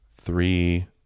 three